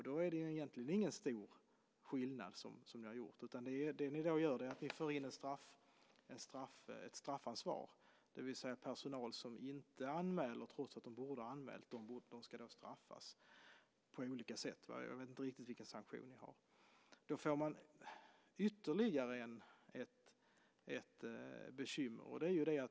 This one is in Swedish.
Då är det egentligen ingen stor skillnad, utan det ni vill göra är att få ett straffansvar, det vill säga att personal som inte anmäler trots att den borde anmäla ska straffas på olika sätt. Jag vet inte vilka sanktioner ni föreslår. Då får man ytterligare ett bekymmer.